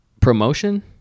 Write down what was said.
promotion